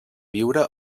viure